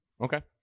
Okay